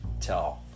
tell